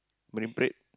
Marine-Parade